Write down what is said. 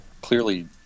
clearly